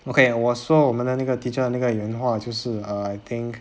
okay 我说我们的那个 teacher 那个原话就是 err I think